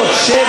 שב,